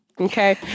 okay